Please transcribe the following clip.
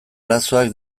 arazoak